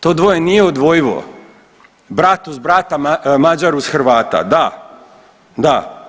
To dvoje nije odvojivo, brat uz brata, Mađar uz Hrvata, da, da.